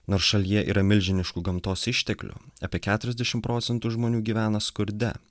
nors šalyje yra milžiniškų gamtos išteklių apie keturiasdešim procentų žmonių gyvena skurde